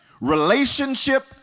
relationship